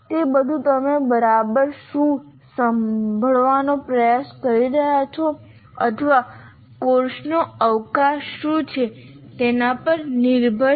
તે બધું તમે બરાબર શું સંભાળવાનો પ્રયાસ કરી રહ્યા છો અથવા કોર્સનો અવકાશ શું છે તેના પર નિર્ભર છે